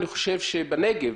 בנגב,